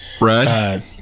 Right